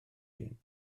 hun